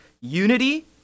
unity